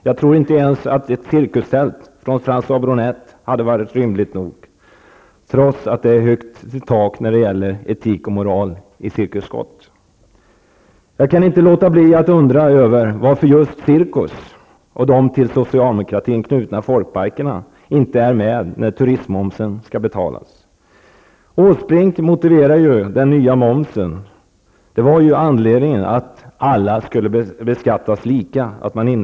Jag tror inte ens ett cirkustält från François Bronett hade varit rymligt nog, trots att det högt i tak när det gäller etik och moral i Jag kan inte låta bli att undra varför just cirkus -- inte är med när turistmomsen skall betalas. Erik Åsbrink motiverade den nya momsen med att alla skulle beskattas lika.